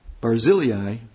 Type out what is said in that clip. Barzillai